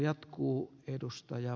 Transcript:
arvoisa puhemies